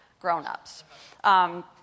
grown-ups